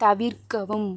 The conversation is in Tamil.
தவிர்க்கவும்